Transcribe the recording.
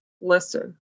listen